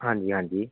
ਹਾਂਜੀ ਹਾਂਜੀ